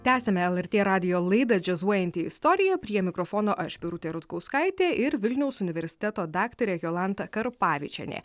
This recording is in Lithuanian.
tęsiame lrt radijo laidą džiazuojanti istorija prie mikrofono aš birutė rutkauskaitė ir vilniaus universiteto daktarė jolanta karpavičienė